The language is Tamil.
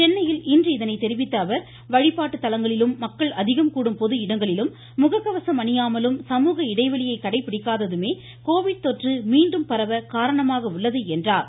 சென்னையில் இன்று இதனை தெரிவித்த அவர் வழிபாட்டு தலங்களிலும் மக்கள் அதிகம் கூடும் பொதுஇடங்களிலும் முககவசம் அணியாமலும் சமூக இடைவெளியை கடைபிடிக்காததுமே கோவிட் தொற்று மீண்டும் பரவ காரணமாக உள்ளது என்றார்